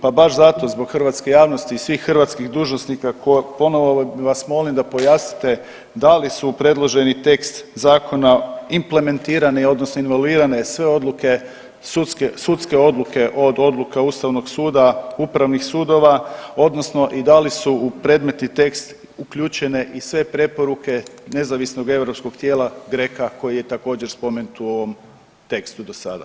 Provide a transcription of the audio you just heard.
Pa baš zato zbog hrvatske javnosti i svih hrvatskih dužnosnika koje ponovo vas da pojasnite, da li su u predloženi tekst zakona implementirane odnosno involvirane sve odluke, sudske odluke od odluka Ustavnog suda, upravnih sudova odnosno i da li su u predmetni tekst uključene i sve preporuke nezavisnog europskog tijela GRECO-a koji je također, spomenut u ovom tekstu do sada.